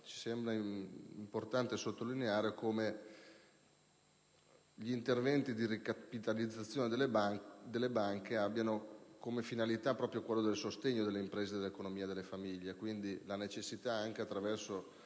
ci sembra importante sottolineare come gli interventi di ricapitalizzazione delle banche abbiano come finalità proprio il sostegno delle imprese, dell'economia e delle famiglie. Vi è quindi, la necessità, anche attraverso